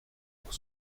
pour